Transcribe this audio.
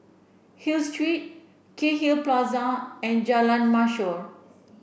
Hill Street Cairnhill Plaza and Jalan Mashhor